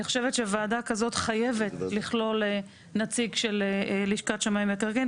אני חושבת שוועדת כזאת חייבת לכלול נציג של לשכת שמאי המקרקעין.